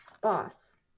boss